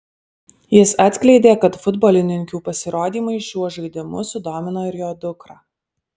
jis atskleidė kad futbolininkių pasirodymai šiuo žaidimu sudomino ir jo dukrą